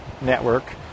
network